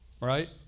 Right